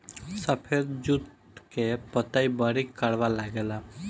सफेद जुट के पतई बड़ी करवा लागेला